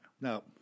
no